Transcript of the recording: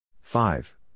Five